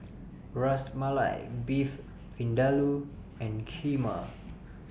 Ras Malai Beef Vindaloo and Kheema